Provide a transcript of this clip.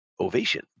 ovation